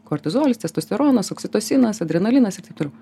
kortizolis testosteronas oksitocinas adrenalinas ir taip toliau